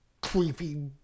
creepy